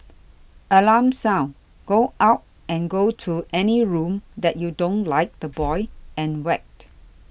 alarm sound go out and go to any room that you don't like the boy and whacked